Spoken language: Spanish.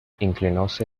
inclinóse